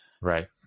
Right